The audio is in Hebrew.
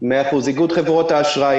אני מאיגוד חברות האשראי.